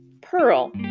Pearl